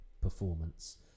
performance